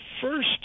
first